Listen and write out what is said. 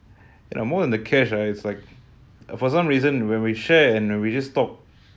and uh more than the cash uh it's like uh for some reason when we share and we just stop